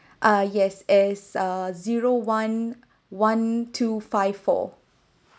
uh yes is uh zero one one two five four